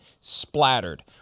splattered